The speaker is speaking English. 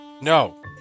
No